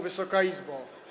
Wysoka Izbo!